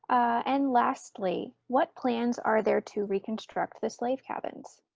and lastly what plans are there to reconstruct the slave cabins?